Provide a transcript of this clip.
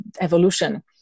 evolution